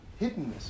hiddenness